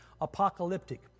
apocalyptic